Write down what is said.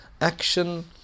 action